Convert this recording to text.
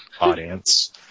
audience